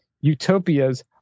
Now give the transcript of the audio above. Utopias